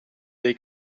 dei